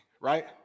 right